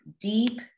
deep